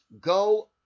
go